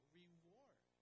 reward